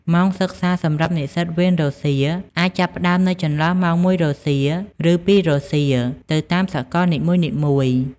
ម៉ោងសិក្សាសម្រាប់និស្សិតវេនរសៀល អាចចាប់ផ្តើមនៅចន្លោះម៉ោង ១ រសៀល ឬ ២ រសៀល ទៅតាមសកលនីមួយៗ។